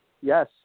Yes